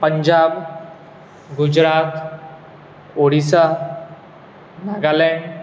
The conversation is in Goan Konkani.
पंजाब गुजरात ओडिसा नागालँड